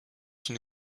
une